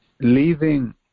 leaving